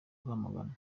rwamagana